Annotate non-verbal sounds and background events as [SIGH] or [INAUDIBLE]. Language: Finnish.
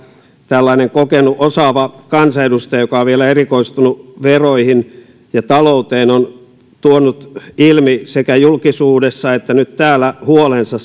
tällainen kokenut osaava kansanedustaja joka on vielä erikoistunut veroihin ja talouteen on tuonut ilmi sekä julkisuudessa että nyt täällä huolensa [UNINTELLIGIBLE]